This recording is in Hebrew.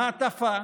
מעטפה.